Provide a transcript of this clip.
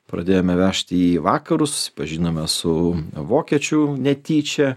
pradėjome vežti į vakarus susipažinome su vokiečiu netyčia